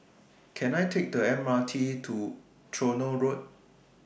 Can I Take The M R T to Tronoh Road